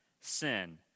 sin